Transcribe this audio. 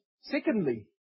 Secondly